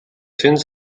cents